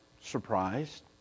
surprised